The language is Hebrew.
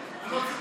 הכנסת,